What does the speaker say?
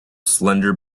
slender